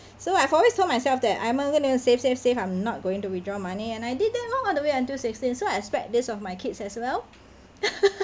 so I've always told myself that I'm gonna save save save I'm not going to withdraw money and I did that all the way until sixteen so I expect this of my kids as well